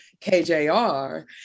KJR